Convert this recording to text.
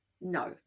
no